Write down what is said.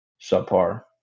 subpar